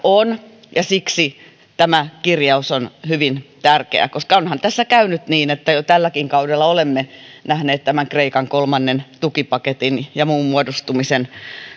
on siksi tämä kirjaus on hyvin tärkeä koska onhan tässä käynyt niin että jo tälläkin kaudella olemme nähneet kreikan kolmannen tukipaketin ja muun muodostumisen